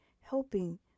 helping